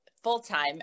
full-time